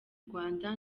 rwanda